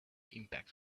impact